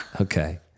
Okay